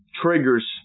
triggers